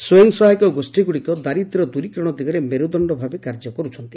ସ୍ୱୟଂ ସହାୟକ ଗୋଷୀଗୁଡିକ ଦାରିଦ୍ର୍ୟ ଦୂରୀକରଣ ଦିଗରେ ମେରୁଦଶ୍ତଭାବେ କାର୍ଯ୍ୟ କରୁଛନ୍ତି